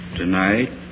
tonight